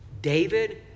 David